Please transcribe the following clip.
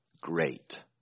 great